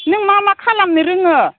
नों मा मा खालामनो रोङो